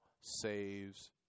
saves